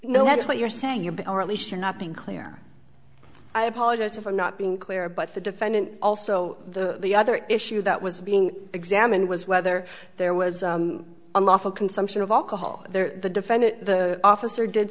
know that's what you're saying you're being or at least you're not being clear i apologize if i'm not being clear but the defendant also the the other issue that was being examined was whether there was unlawful consumption of alcohol there the defendant the officer did